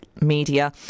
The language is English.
media